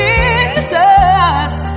Jesus